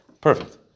Perfect